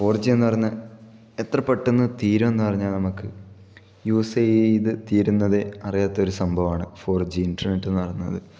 four G എന്ന് പറയുന്ന എത്ര പെട്ടന്ന് തീരുമെന്ന് പറഞ്ഞാൽ നമുക്ക് യൂസ് ചെയ്ത് തീരുന്നത് അറിയാത്തൊരു സംഭവമാണ് ഫോർ ജി ഇന്റർനെറ്റ് എന്ന് പറയുന്നത്